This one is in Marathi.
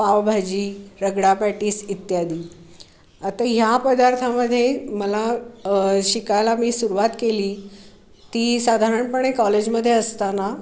पावभाजी रगडापॅटीस इत्यादी आता ह्या पदार्थामध्ये मला शिकायला मी सुरुवात केली ती साधारणपणे कॉलेजमध्ये असताना